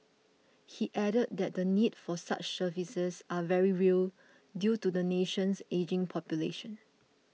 he added that the need for such services are very real due to the nation's ageing population